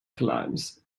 climbs